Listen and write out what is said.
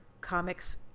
comics